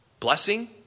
Blessing